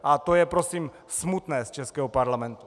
A to je prosím smutné z českého parlamentu.